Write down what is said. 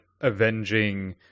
avenging